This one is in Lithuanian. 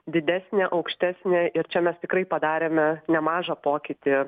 didesnę aukštesnę ir čia mes tikrai padarėme nemažą pokytį